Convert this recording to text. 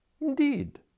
Indeed